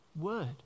word